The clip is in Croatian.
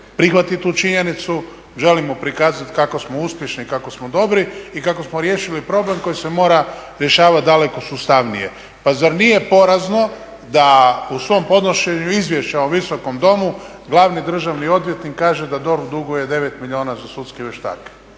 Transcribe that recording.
prihvatiti tu činjenicu, želimo prikazati kako smo uspješni, kako smo dobri i kako smo riješili problem koji se mora rješavati daleko sustavnije. Pa zar nije porazno da u svom podnošenju izvješća u Visokom domu, glavni državni odvjetnik kaže da DORH duguje 9 milijuna za sudske vještake.